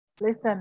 Listen